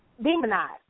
demonized